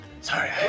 Sorry